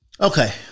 Okay